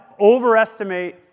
overestimate